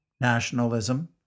nationalism